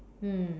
mm